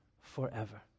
forever